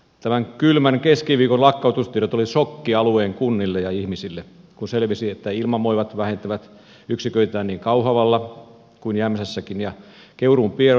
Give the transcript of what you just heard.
tämän kylmän keskiviikon lakkautustiedot olivat sokki alueen kunnille ja ihmisille kun selvisi että ilmavoimat vähentävät yksiköitään niin kauhavalla kuin jämsässäkin ja keuruun pioneerirykmentti lakkautetaan